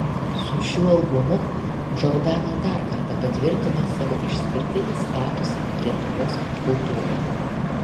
su šiuo albumu džordana dar kartą patvirtina savo išskirtinį statusą lietuvos popkultūroje